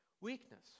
weakness